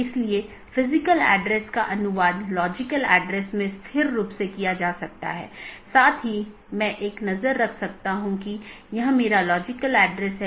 इसलिए बहुत से पारगमन ट्रैफ़िक का मतलब है कि आप पूरे सिस्टम को ओवरलोड कर रहे हैं